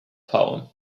poem